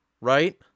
Right